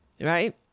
Right